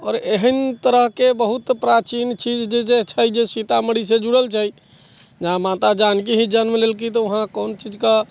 आओर एहेन तरहके बहुत प्राचीन चीज जे छै सीतामढ़ी से जुड़ल छै जहाँ माता जानकी ही जन्म लेलखिन तऽ उहाँ कोन चीज कऽ